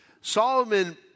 Solomon